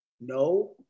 No